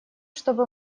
чтобы